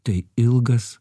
tai ilgas